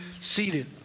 seated